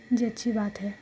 جی اچھی بات ہے